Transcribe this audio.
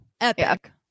Epic